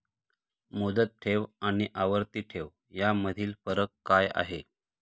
मुदत ठेव आणि आवर्ती ठेव यामधील फरक काय आहे?